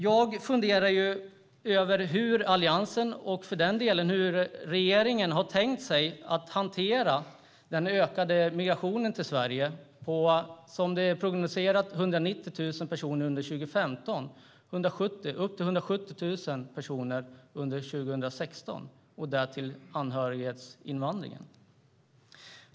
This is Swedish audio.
Jag funderar över hur Alliansen och för den delen även regeringen har tänkt hantera den ökade migrationen till Sverige på 190 000 personer under 2015 och upp till 170 000 personer under 2016, enligt prognoserna. Därtill kommer anhöriginvandringen.